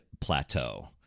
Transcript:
plateau